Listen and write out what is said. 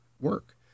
work